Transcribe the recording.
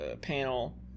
panel